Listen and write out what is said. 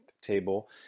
table